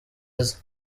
azi